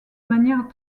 manière